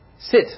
Sit